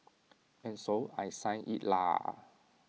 and so I signed IT lah